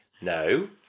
no